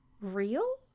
real